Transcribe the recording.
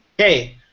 Okay